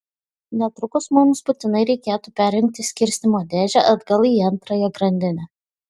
netrukus mums būtinai reikėtų perjungti skirstymo dėžę atgal į antrąją grandinę